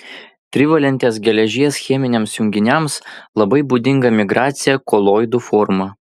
trivalentės geležies cheminiams junginiams labai būdinga migracija koloidų forma